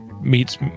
meets